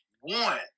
one